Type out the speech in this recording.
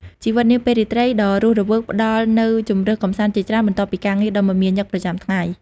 ជីវិតនាពេលរាត្រីដ៏រស់រវើកផ្តល់នូវជម្រើសកម្សាន្តជាច្រើន បន្ទាប់ពីការងារដ៏មមាញឹកប្រចាំថ្ងៃ។